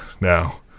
now